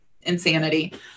insanity